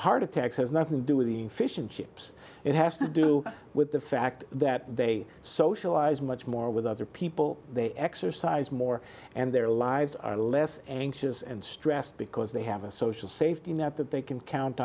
heart attacks has nothing to do with the fish and chips it has to do with the fact that they socialize much more with other people they exercise more and their lives are less anxious and stressed because they have a social safety net that they can count